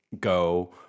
go